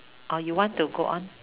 or you want to go on